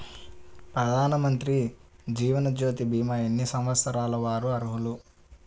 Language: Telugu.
ప్రధానమంత్రి జీవనజ్యోతి భీమా ఎన్ని సంవత్సరాల వారు అర్హులు?